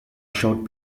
short